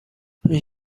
این